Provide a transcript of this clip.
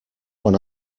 one